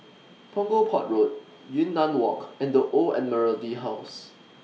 Punggol Port Road Yunnan Walk and The Old Admiralty House